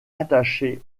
attaché